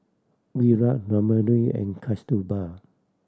Virat Ramdev and Kasturba